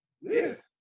yes